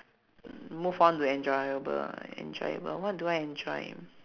move on to enjoyable ah enjoyable what do I enjoy